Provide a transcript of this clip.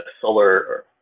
solar